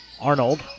Arnold